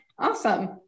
Awesome